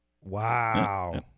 Wow